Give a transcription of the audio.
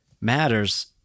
matters